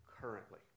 currently